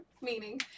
Meaning